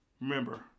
Remember